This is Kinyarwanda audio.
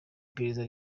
iperereza